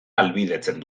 ahalbidetzen